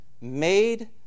made